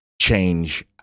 change